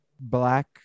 black